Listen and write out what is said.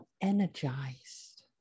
energized